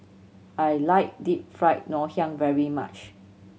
I like Deep Fried Ngoh Hiang very much